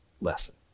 lesson